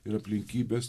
ir aplinkybės